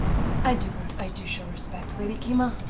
i do ah i do show respect, lady kima.